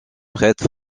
prête